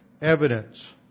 evidence